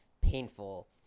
painful